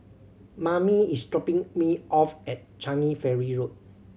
Mammie is dropping me off at Changi Ferry Road